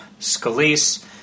Scalise